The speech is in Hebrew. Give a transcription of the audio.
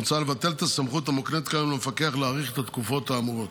מוצע לבטל את הסמכות המוקנית כיום למפקח להאריך את התקופות האמורות.